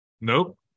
nope